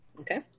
Okay